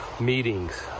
meetings